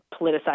politicize